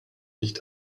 nicht